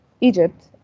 Egypt